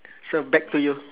so back to you